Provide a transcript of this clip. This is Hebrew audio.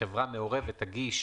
מעורבת תגיש